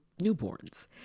newborns